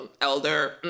elder